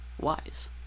wise